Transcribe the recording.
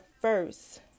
first